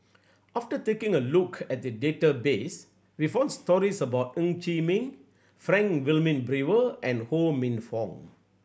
after taking a look at the database we found stories about Ng Chee Meng Frank Wilmin Brewer and Ho Minfong